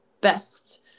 best